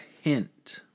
hint